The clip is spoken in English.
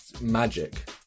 magic